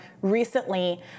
Recently